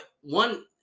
one